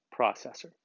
processor